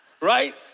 Right